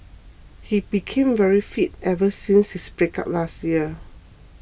he became very fit ever since his breakup last year